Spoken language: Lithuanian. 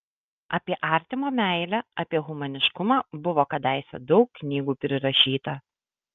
apie artimo meilę apie humaniškumą buvo kadaise daug knygų prirašyta